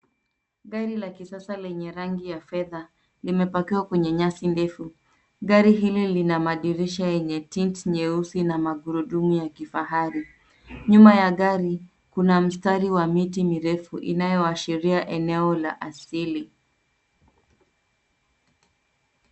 Gari la kisasa lenye rangi ya fedha limepakiwa kwenye nyasi ndefu. Gari hili lina madirisha yenye tint nyeusi na magurudumu ya kifahari. Nyuma ya gari kuna mstari ya miti mirefu inayoashiria eneo la asili.